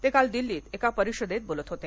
ते काल दिल्लीत एका परिषदेत बोलत होते